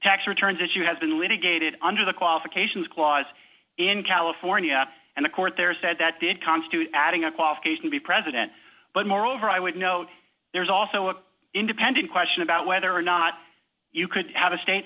tax returns that you have been litigated under the qualifications clause in california and the court there said that did constitute adding a qualification to be president but moreover i would note there's also an independent question about whether or not you could have a state